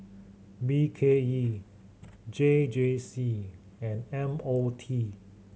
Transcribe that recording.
B K E J J C and M O T